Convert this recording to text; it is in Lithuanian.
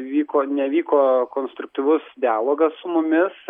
vyko nevyko konstruktyvus dialogas su mumis